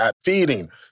feeding